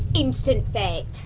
instant fete.